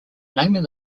naming